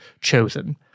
chosen